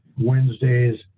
Wednesdays